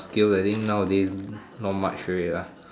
skills I think nowadays not much already lah